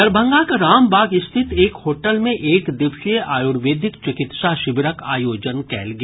दरभंगाक रामबाग स्थित एक होटल मे एक दिवसीय आयूर्वेदिक चिकित्सा शिविरक आयोजन कयल गेल